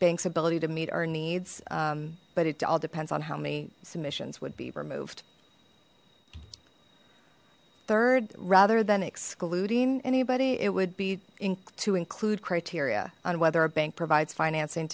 bank's ability to meet our needs but it all depends on how many submissions would be removed third rather than excluding anybody it would be to include criteria on whether a bank provides financing